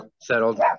settled